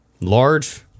large